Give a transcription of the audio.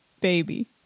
Baby